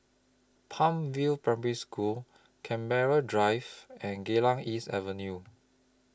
Palm View Primary School Canberra Drive and Geylang East Avenue